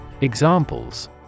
Examples